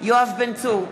יואב בן צור,